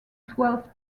twelve